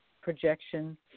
projection